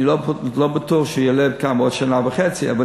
אני לא בטוח שהוא יעלה כאן בעוד שנה וחצי.